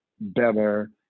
better